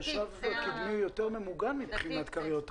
המושב הקדמי יותר ממוגן מבחינת כריות אוויר.